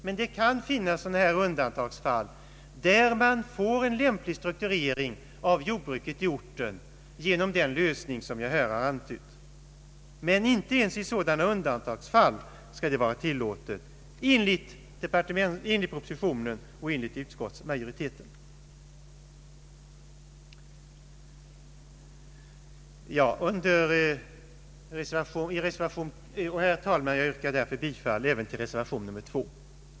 Men det kan finnas undantagsfall, där man får en lämplig strukturering av jordbruket i orten genom den lösning som jag här antytt. Men inte ens i sådana undantagsfall skall det vara tillåtet enligt propositionen och enligt utskottets majoritet. Herr talman! Jag yrkar bifall även till reservationen II.